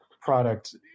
product